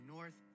North